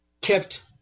kept